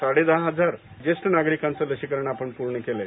साडेदहा हजार ज्येष्ठ नागरिकांचं लसीकरण आपण पूर्ण केलंय